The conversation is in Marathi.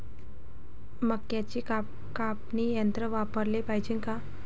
मक्क्याचं कापनी यंत्र वापराले पायजे का?